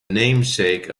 namesake